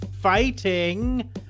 fighting